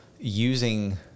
using